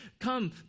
come